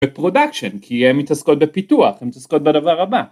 ופרודקשן כי הם מתעסקות בפיתוח הם מתעסקות בדבר הבא.